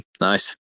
nice